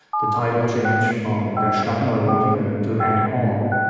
the title changed from der stadtneurotiker to annie hall,